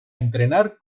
entrenar